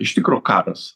iš tikro karas